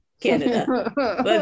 canada